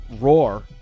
roar